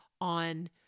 on